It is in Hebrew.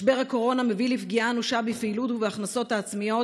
משבר הקורונה מביא לפגיעה אנושה בפעילות ובהכנסות העצמיות,